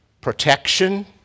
protection